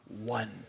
one